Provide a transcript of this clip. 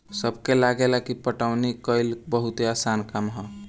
सबके लागेला की पटवनी कइल बहुते आसान काम ह